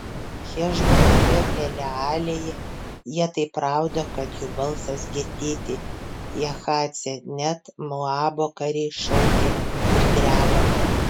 hešbone ir elealėje jie taip rauda kad jų balsas girdėti jahace net moabo kariai šaukia ir dreba